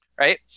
Right